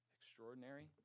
Extraordinary